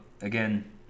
again